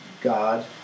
god